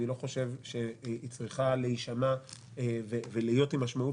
אני לא חושב שהיא צריכה להישמע ולהיות עם משמעות